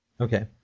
okay